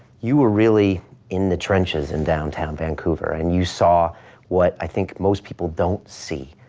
you were really in the trenches in downtown vancouver and you saw what i think most people don't see.